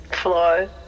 floor